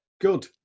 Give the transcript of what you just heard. Good